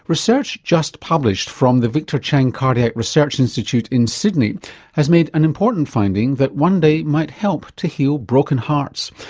research just published from the victor chang cardiac research institute in sydney has made an important finding that one day might help to heal broken hearts.